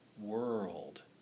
world